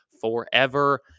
forever